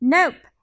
Nope